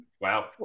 Wow